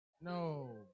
No